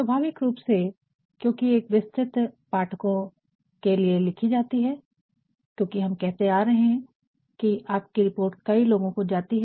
स्वाभाविक रूप से क्योकि ये एक विस्तृत पाठको के लिए लिखी जाती है क्योकि हम कहते आ रहे है कि आपकी रिपोर्ट कई लोगो को जाती है